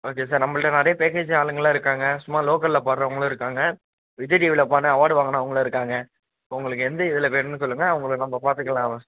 okay sir நம்மள்ட்ட நிறைய package ஆளுங்கள்லாம் இருக்காங்க சும்மா லோக்கலில் பாட்டுறவங்களும் இருக்காங்க விஜய் டிவியில் பாட்டுன அவார்டு வாங்குனவங்களும் இருக்காங்க உங்களுக்கு எந்த இதில் வேணும்னு சொல்லுங்கள் அவங்கள நாம்ம பார்த்துக்கலாம்